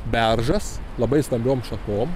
beržas labai stambiom šakom